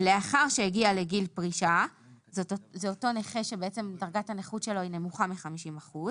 ולאחר שהגיע לגיל פרישה - אותו נכה שדרגת הנכות שלו נמוכה מ-50 אחוזים